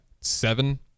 seven